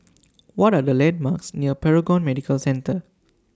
What Are The landmarks near Paragon Medical Centre